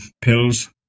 pills